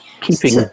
keeping